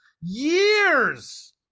years